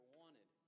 wanted